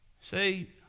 See